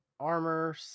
armor